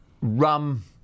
rum